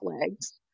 legs